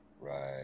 Right